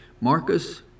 Marcus